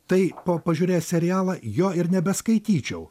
tai pa pažiūrėjęs serialą jo ir nebeskaityčiau